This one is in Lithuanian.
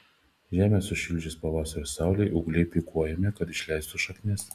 žemę sušildžius pavasario saulei ūgliai pikiuojami kad išleistų šaknis